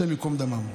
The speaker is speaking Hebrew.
השם ייקום דמם.